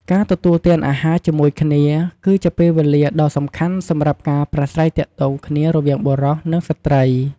ការទទួលទានអាហារជាមួយគ្នា គឺជាពេលវេលាដ៏សំខាន់សម្រាប់ការ ប្រាស្រ័យទាក់ទងគ្នារវាងបុរស និងស្ត្រី។